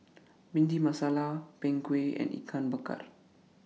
Bhindi Masala Png Kueh and Ikan Bakar